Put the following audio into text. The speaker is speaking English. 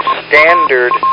standard